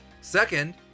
Second